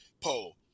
Poll